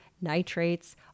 nitrates